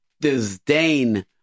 disdain